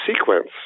sequence